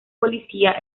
policía